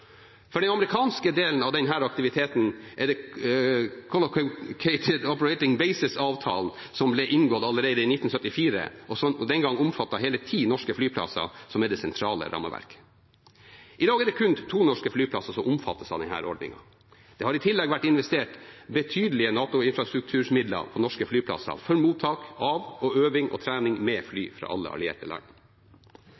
For den amerikanske delen av denne aktiviteten er det Colocated Operating Bases-avtalen, som ble inngått allerede i 1974 og den gang omfattet hele ti norske flyplasser, som er det sentrale rammeverket. I dag er det kun to norske flyplasser som omfattes av denne ordningen. Det har i tillegg vært investert betydelige NATO-infrastrukturmidler på norske flyplasser for mottak av og øving og trening med fly